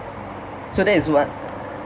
so that is what err